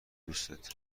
دوستت